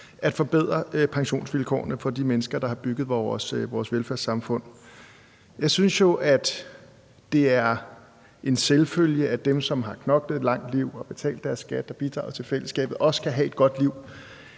at forbedre pensionsvilkårene for de mennesker, der har har bygget vores velfærdssamfund op. Jeg synes jo, at det er en selvfølge, at dem, som har knoklet i et langt liv, betalt deres skat og bidraget til fællesskabet, også skal have et godt liv